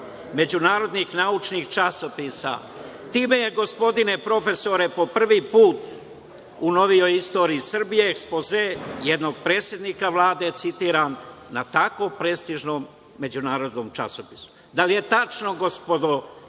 međunarodnih naučnih časopisa. Time je, gospodine profesore, po prvi put u novijoj istoriji Srbije, ekspoze jednog predsednika Vlade, citiram, u tako prestižnom međunarodnom časopisu.(Miroslav